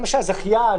למשל זכיין.